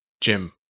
Jim